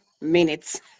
minutes